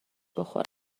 بخورم